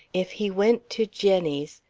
if he went to jenny's,